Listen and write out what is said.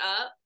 up